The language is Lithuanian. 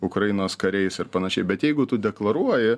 ukrainos kariais ir panašiai bet jeigu tu deklaruoji